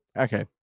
okay